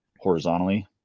horizontally